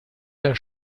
der